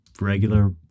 regular